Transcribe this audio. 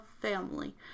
family